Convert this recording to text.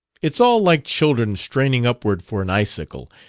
it's all like children straining upward for an icicle,